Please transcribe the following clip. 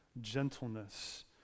gentleness